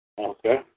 Okay